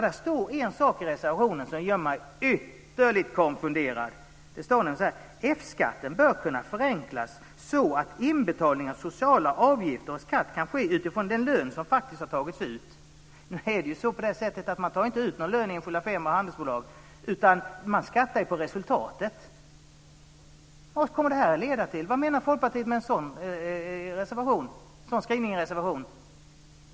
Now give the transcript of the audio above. Det står en sak i reservationen som gör mig ytterligt konfunderad. Det står nämligen så här: "F skattsedeln bör kunna förenklas så att inbetalning av sociala avgifter och skatt kan ske utifrån den lön som faktiskt har tagits ut." Nu är det på det sättet att man inte tar ut någon lön i enskilda firmor och handelsbolag, utan man skattar på resultatet. Vad kommer detta att leda till? Vad menar Folkpartiet med en sådan skrivning i reservationen?